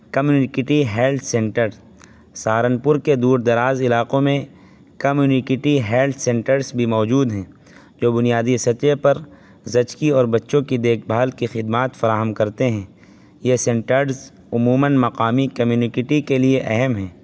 community health centre Saharanpur کے دور دراز علاقوں میں کمیونٹی ہیلتھ سنٹرس بھی موجود ہیں جو بنیادی سطح پر زچگی اور بچوں کی دیکھ بھال کی خدمات فراہم کرتے ہیں یہ سنٹرز عموماً مقامی کمیونٹی کے لیے اہم ہیں